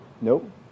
nope